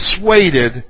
persuaded